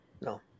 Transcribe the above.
No